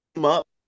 up